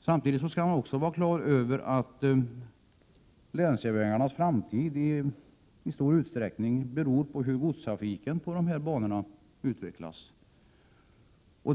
Samtidigt skall man vara på det klara med att länsjärnvägarnas framtid i stor utsträckning beror på hur godstrafiken på de banorna utvecklas.